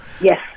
Yes